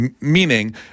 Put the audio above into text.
meaning